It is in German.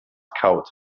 kaut